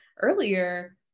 earlier